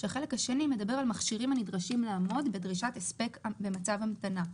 שהחלק השני מדבר על מכשירים הנדרשים לעמוד בדרישת הספק במצב המתנה.